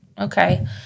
okay